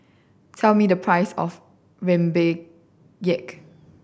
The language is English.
tell me the price of Rempeyek